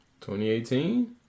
2018